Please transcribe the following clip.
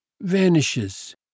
vanishes